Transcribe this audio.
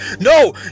No